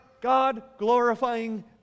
God-glorifying